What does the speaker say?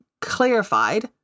clarified